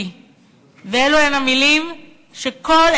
אלו הן המילים של הנשיא,